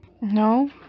No